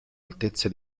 altezze